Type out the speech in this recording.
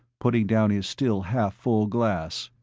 putting down his still half-full glass.